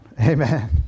Amen